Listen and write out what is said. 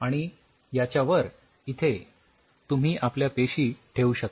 आणि याच्या वर इथे तुम्ही आपल्या पेशी ठेऊ शकता